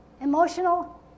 emotional